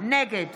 נגד